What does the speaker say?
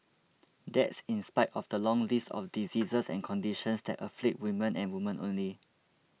that's in spite of the long list of diseases and conditions that afflict women and women only